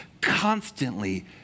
constantly